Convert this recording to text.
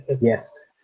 Yes